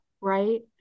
Right